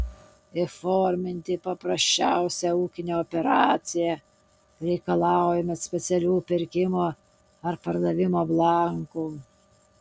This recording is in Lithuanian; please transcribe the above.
įforminti paprasčiausią ūkinę operaciją reikalaujama specialių pirkimo ar pardavimo blankų